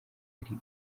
hari